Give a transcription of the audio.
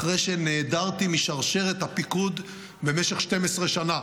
אחרי שנעדרתי משרשרת הפיקוד במשך 12 שנה,